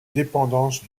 dépendances